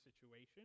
situation